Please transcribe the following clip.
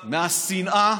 מהשנאה,